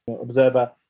observer